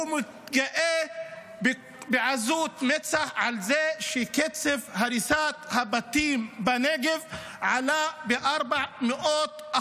הוא מתגאה בעזות מצח בזה שקצב הריסות הבתים בנגב עלה ב-400%.